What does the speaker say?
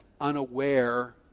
unaware